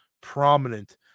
prominent